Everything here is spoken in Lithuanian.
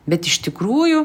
bet iš tikrųjų